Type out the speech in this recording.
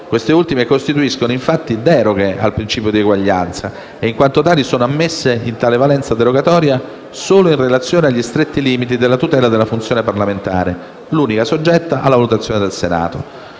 queste ultime costituiscono, infatti, deroghe al principio di uguaglianza e in quanto tali sono ammesse in tale valenza derogatoria solo in relazione agli stretti limiti della tutela della funzione parlamentare, l'unica soggetta a valutazione del Senato.